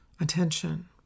Attention